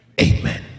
Amen